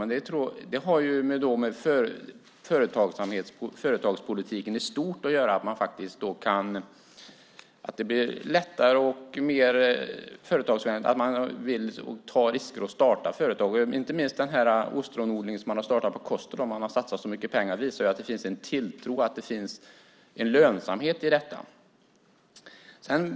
Men det har med företagspolitiken i stort att göra, att Sverige blir mer företagsvänligt och att man gör det lättare för företagare, så att människor tar risker att starta företag. Inte minst den ostronodling som man har startat på Koster där man har satsat mycket pengar visar att det finns en tilltro till att det finns en lönsamhet i detta.